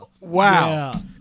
Wow